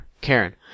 Karen